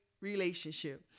relationship